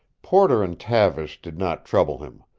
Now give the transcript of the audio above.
porter and tavish did not trouble him.